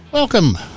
Welcome